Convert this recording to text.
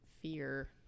fear